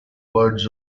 words